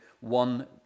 one